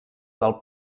del